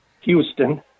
Houston